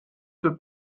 für